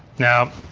now,